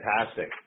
fantastic